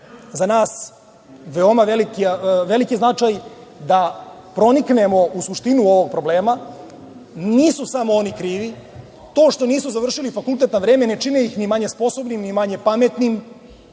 za nas veoma veliki značaj, da proniknemo u suštinu ovog problema. Nisu samo oni krivi, to što nisu završili fakultet na vreme ne čini ih ni manje sposobnim, ni manje pametnim,